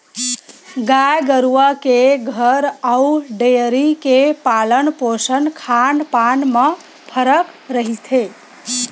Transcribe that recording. गाय गरुवा के घर अउ डेयरी के पालन पोसन खान पान म फरक रहिथे